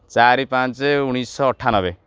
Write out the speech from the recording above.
ଚାରି ପାଞ୍ଚ ଉଣେଇଶହ ଅଠାନବେ